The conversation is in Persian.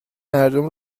مردم